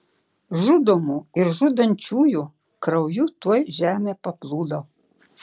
žudomų ir žudančiųjų krauju tuoj žemė paplūdo